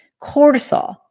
cortisol